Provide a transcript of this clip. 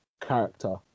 character